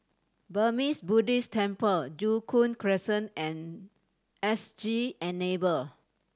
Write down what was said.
Burmese Buddhist Temple Joo Koon Crescent and S G Enable